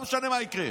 לא משנה מה יקרה.